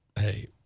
hey